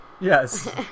Yes